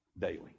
daily